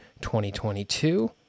2022